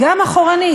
גם אחורנית,